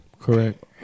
Correct